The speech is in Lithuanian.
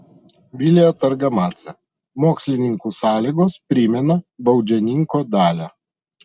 vilija targamadzė mokslininkų sąlygos primena baudžiauninko dalią